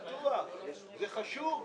בטוח, זה חשוב.